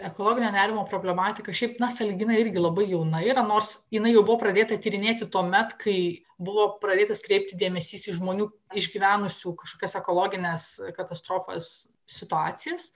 ekologinio nerimo problematika šiaip na sąlyginai irgi labai jauna yra nors jinai jau buvo pradėta tyrinėti tuomet kai buvo pradėtas kreipti dėmesys į žmonių išgyvenusių kažkokias ekologines katastrofas situacijas